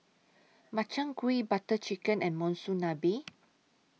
Makchang Gui Butter Chicken and Monsunabe